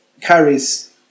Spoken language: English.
carries